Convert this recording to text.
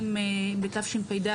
אם בתשפ"ד,